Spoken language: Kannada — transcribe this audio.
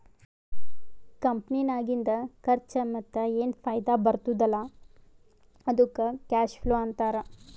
ಕಂಪನಿನಾಗಿಂದ್ ಖರ್ಚಾ ಮತ್ತ ಏನ್ ಫೈದಾ ಬರ್ತುದ್ ಅಲ್ಲಾ ಅದ್ದುಕ್ ಕ್ಯಾಶ್ ಫ್ಲೋ ಅಂತಾರ್